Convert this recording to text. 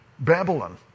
Babylon